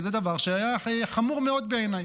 וזה דבר שהיה חמור מאוד בעיניי.